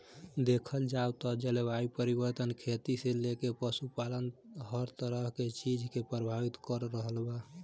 देखल जाव त जलवायु परिवर्तन खेती से लेके पशुपालन हर तरह के चीज के प्रभावित कर रहल बा